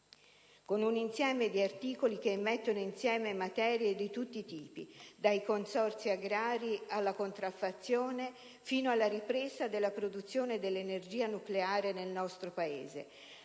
con un insieme di articoli che mettono insieme materie di tutti i tipi: dai consorzi agrari, alla contraffazione, fino alla ripresa della produzione dell'energia nucleare nel nostro Paese.